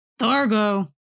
Thargo